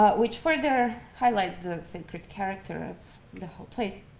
but which further highlights the sacred character of the whole place.